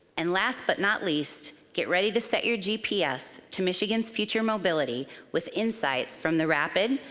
and last, but not least, get ready to set your gps to michigan's future mobility with insights from the rapid,